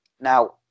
Now